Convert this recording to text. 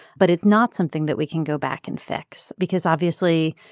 but it's not something that we can go back and fix because obviously,